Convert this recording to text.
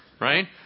right